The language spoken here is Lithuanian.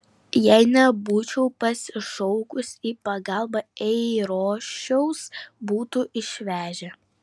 jei nebūčiau pasišaukus į pagalbą eirošiaus būtų išvežę